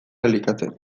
elikatzen